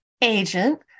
agent